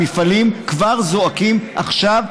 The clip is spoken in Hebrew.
המפעלים כבר זועקים עכשיו,